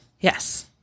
Yes